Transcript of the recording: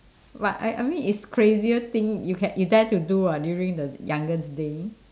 but I I mean it's crazier thing you ca~ you dare to do [what] during the youngest day